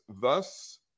thus